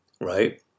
Right